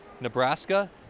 Nebraska